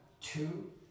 two